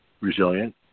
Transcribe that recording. resilient